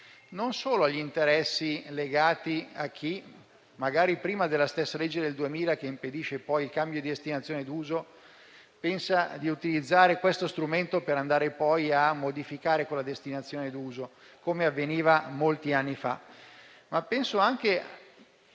non solo degli interessi legati a chi, magari prima della stessa legge del 2000 che impedisce il cambio di destinazione d'uso del territorio, pensa di utilizzare questo strumento appunto per modificarne la destinazione d'uso, come avveniva molti anni fa.